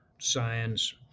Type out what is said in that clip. science